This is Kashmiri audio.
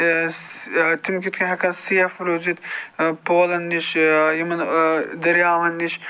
تِم کِتھ کنۍ ہٮ۪کَن سیف روٗزِتھ پولَن نِش یِمَن دٔریاوَن نِش